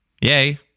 Yay